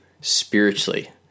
spiritually